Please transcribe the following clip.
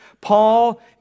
Paul